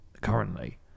currently